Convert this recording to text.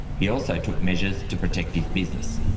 he also took measures to protect his business.